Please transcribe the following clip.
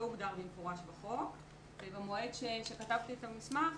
הוגדר במפורש בחוק ובמועד שכתבתי את המסמך,